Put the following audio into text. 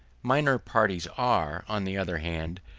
minor parties are, on the other hand,